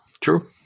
True